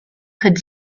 could